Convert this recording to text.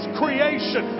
creation